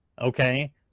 okay